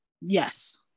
Yes